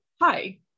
hi